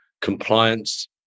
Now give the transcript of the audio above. compliance